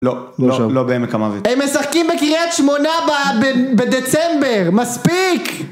לא, לא בעמק המוות. הם משחקים בקריית שמונה בדצמבר, מספיק!